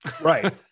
Right